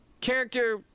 character